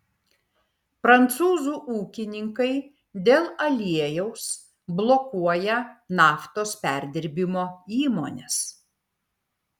prancūzų ūkininkai dėl aliejaus blokuoja naftos perdirbimo įmones